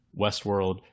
Westworld